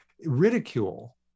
ridicule